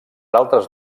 altres